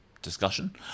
discussion